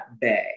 bay